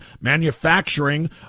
manufacturing